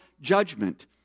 judgment